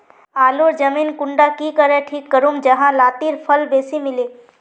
आलूर जमीन कुंडा की करे ठीक करूम जाहा लात्तिर फल बेसी मिले?